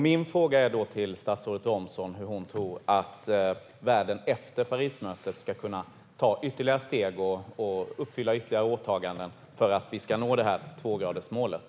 Min fråga till statsrådet Romson är: Tror du att världen efter Parismötet kan ta ytterligare steg och uppfylla ytterligare åtaganden så att vi kan nå tvågradersmålet?